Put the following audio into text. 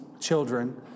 children